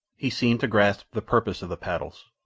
he seemed to grasp the purpose of the paddles,